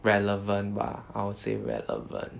relevant bah I will say relevant